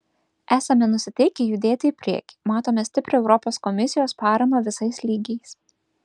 esame nusiteikę judėti į priekį matome stiprią europos komisijos paramą visais lygiais